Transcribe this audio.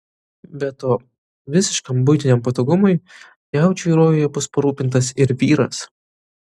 be to visiškam buitiniam patogumui jaučiui rojuje bus parūpintas ir vyras